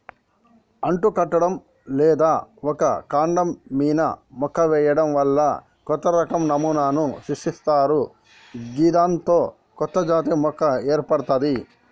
అంటుకట్టడం లేదా ఒక కాండం మీన మొగ్గ వేయడం వల్ల కొత్తరకం నమూనాను సృష్టిస్తరు గిదాంతో కొత్తజాతి మొక్క ఏర్పడ్తది